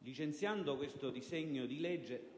licenziando questo disegno di legge